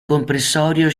comprensorio